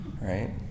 right